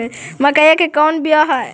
मकईया के कौन बियाह अच्छा होव है?